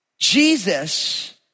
Jesus